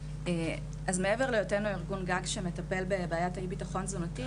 אז מעבר להיותנו ארגון גג שמטפל בבעיית האי ביטחון תזונתי,